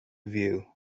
view